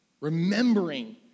remembering